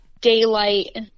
daylight